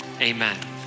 amen